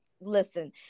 listen